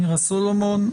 נירה סולומון.